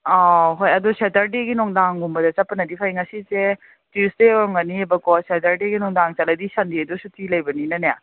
ꯑꯥꯎ ꯍꯣꯏ ꯑꯗꯨ ꯁꯦꯇꯔꯗꯦꯒꯤ ꯅꯨꯡꯗꯥꯡꯒꯨꯝꯕꯗ ꯆꯠꯄꯅꯗꯤ ꯐꯩ ꯉꯁꯤꯁꯦ ꯇ꯭ꯋꯤꯁꯗꯦ ꯑꯣꯏꯔꯝꯒꯅꯤꯕꯀꯣ ꯁꯦꯇꯔꯗꯦꯒꯤ ꯅꯨꯡꯗꯥꯡ ꯆꯠꯂꯗꯤ ꯁꯟꯗꯦꯗꯨ ꯁꯨꯇꯤ ꯂꯩꯕꯅꯤꯅꯅꯦ